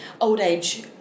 old-age